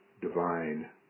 divine